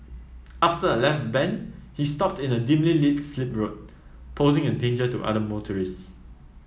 after a left bend he stopped in a dimly lit slip road posing a danger to other motorists